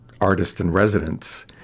Artist-in-Residence